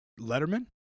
Letterman